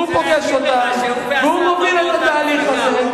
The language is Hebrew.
הוא פוגש אותם והוא מוביל את התהליך הזה.